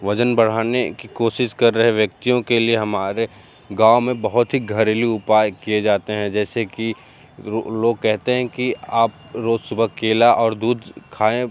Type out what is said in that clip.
वज़न बढ़ाने की कोशिश कर रहे व्यक्तियों के लिए हमारे गाव में बहुत ही घरेलू उपाय किए जाते हैं जैसे कि रो लोग कहते हैं कि आप रोज़ सुबह केला और दूध खाएँ